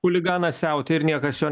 chuliganas siautėja ir niekas jo